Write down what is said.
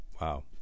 wow